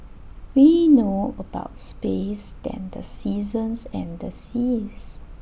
we know about space than the seasons and the seas